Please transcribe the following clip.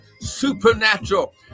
supernatural